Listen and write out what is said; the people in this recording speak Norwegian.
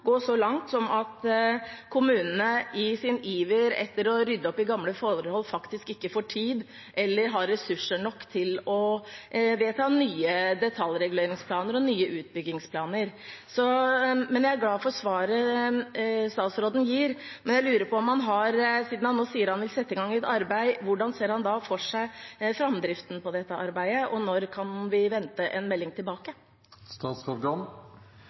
så langt som at kommunene i sin iver etter å rydde opp i gamle forhold faktisk ikke får tid, eller ikke har ressurser nok, til å vedta nye detaljreguleringsplaner og nye utbyggingsplaner. Jeg er glad for svaret statsråden gir, men siden han nå sier han vil sette i gang et arbeid, lurer jeg på hvordan han ser for seg framdriften på dette arbeidet, og når vi kan vente en melding